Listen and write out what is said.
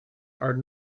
are